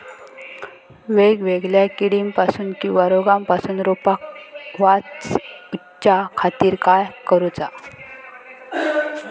वेगवेगल्या किडीपासून किवा रोगापासून रोपाक वाचउच्या खातीर काय करूचा?